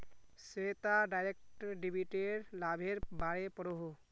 Shweta direct डेबिटेर लाभेर बारे पढ़ोहो